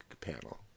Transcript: panel